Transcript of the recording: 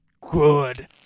good